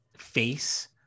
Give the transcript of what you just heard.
face